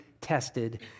tested